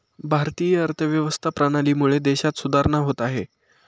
भारतीय अर्थव्यवस्था प्रणालीमुळे देशात सुधारणा होत आहे